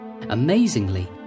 Amazingly